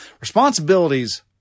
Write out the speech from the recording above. Responsibilities